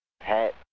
hat